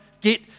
get